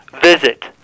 visit